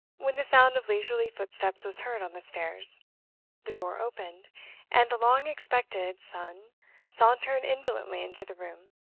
when the sound of leisurely footsteps was heard on the stairs the door opened and the long-expected son sauntered indolently into the room,